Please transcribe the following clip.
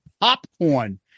popcorn